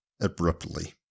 abruptly